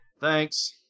Thanks